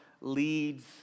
leads